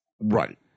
Right